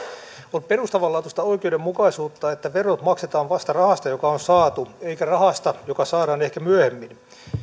on perustavanlaatuista oikeudenmukaisuutta että verot maksetaan vasta rahasta joka on saatu eikä rahasta joka saadaan ehkä myöhemmin